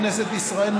בכנסת ישראל,